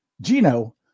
Gino